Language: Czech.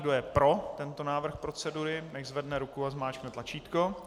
Kdo je pro tento návrh procedury, nechť zvedne ruku a zmáčkne tlačítko.